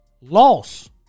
loss